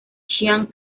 chiang